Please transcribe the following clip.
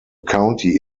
county